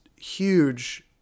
Huge